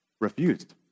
refused